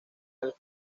del